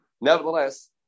Nevertheless